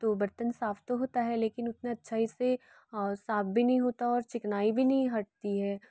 तो बर्तन साफ़ तो होता है लेकिन उतना अच्छाई से साफ़ भी नहीं होता और चिकनाई भी नहीं हटती है